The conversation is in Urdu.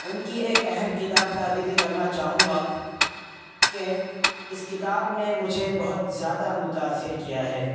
ان کی ایک اہم کتاب کا ذکر کرنا چاہوں گا کہ اس کتاب نے مجھے بہت زیادہ متاثر کیا ہے